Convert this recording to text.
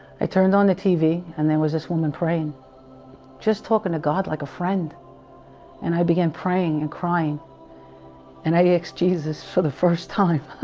i turned on the tv and there, was this woman praying just talking to god like a friend and i began praying and crying and i x jesus for the first time